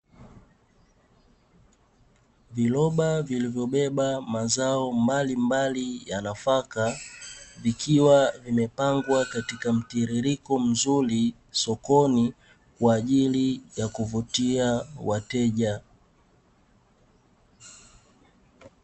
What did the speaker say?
Viroba vilivyobeba mazao mbalimbali ya nafaka, vikiwa vimepangwa katika mtiririko mzuri sokoni, kwa ajili ya kuvutia wateja.